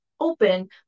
open